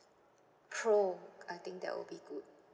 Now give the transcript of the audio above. pro I think that would be good